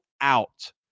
out